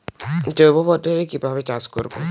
জৈব পদ্ধতিতে কিভাবে চাষ করব?